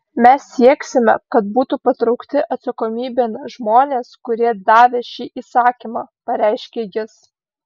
mes sieksime kad būtų patraukti atsakomybėn žmonės kurie davė šį įsakymą pareiškė jis